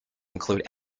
include